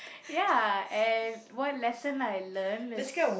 ya and what lesson I learn is